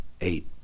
eight